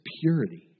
purity